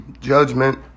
judgment